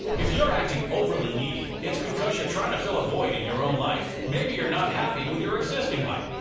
if you're acting overly needy it's because you're trying to fill a void in your own life. maybe you're not happy with your existing life,